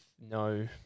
no